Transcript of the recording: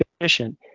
efficient